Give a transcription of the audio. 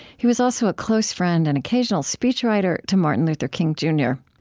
he was also a close friend and occasional speechwriter to martin luther king jr.